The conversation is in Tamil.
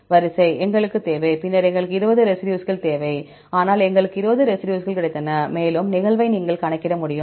வரிசை எங்களுக்கு தேவை பின்னர் எங்களுக்கு 20 ரெசிடியூஸ்கள் தேவை ஆனால் எங்களுக்கு 20 ரெசிடியூஸ்கள் கிடைத்தன மேலும் நிகழ்வை நீங்கள் கணக்கிட முடியும்